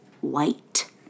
White